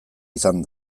izan